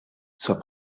soit